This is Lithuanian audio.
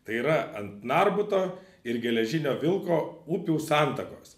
tai yra ant narbuto ir geležinio vilko upių santakos